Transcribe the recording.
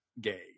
gay